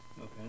Okay